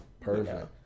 Perfect